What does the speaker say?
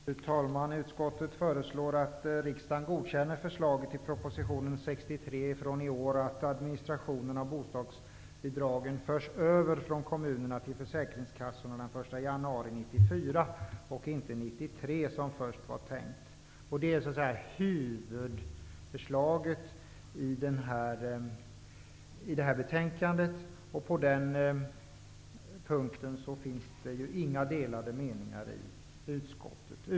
Fru talman! Utskottet föreslår att riksdagen godkänner förslaget i proposition 63 från i år att administrationen av bostadsbidragen förs över från kommunerna till försäkringskassorna den 1 januari 1994 och inte 1993, som först var tänkt. Det är huvudförslaget i betänkandet, och på den punkten finns inga delade meningar i utskottet.